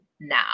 now